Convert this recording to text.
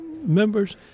members